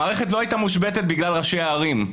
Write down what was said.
המערכת לא הייתה מושבתת בגלל ראשי הערים.